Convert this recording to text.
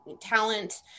talent